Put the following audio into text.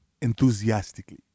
enthusiastically